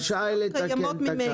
רשאי לתקן.